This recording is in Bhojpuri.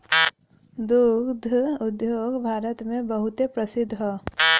दुग्ध उद्योग भारत मे बहुते प्रसिद्ध हौ